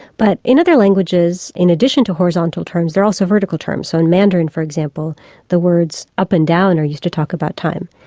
but in other languages in addition to horizontal terms there are also vertical terms. so in mandarin for example the words up and down are used to talk about time,